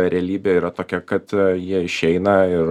realybė yra tokia kad jie išeina ir